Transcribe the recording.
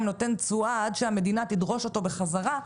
נותן תשואה עד שהמדינה תדרוש אותו בחזרה.